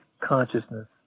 consciousness